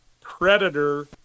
predator